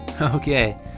Okay